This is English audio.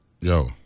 Yo